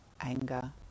anger